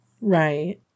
Right